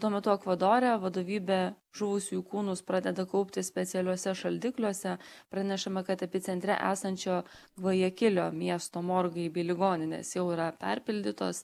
tuo metu ekvadore vadovybė žuvusiųjų kūnus pradeda kaupti specialiuose šaldikliuose pranešama kad epicentre esančio vajekilio miesto morgai bei ligoninės jau yra perpildytos